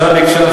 הממשלה ביקשה,